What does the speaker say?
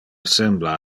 sembla